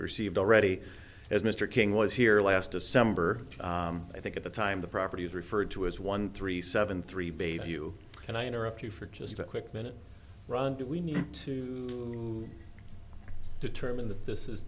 received already as mr king was here last december i think at the time the property is referred to as one three seven three bay do you can i interrupt you for just a quick minute ron do we need to determine that this is